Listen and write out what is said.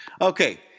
Okay